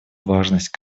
важность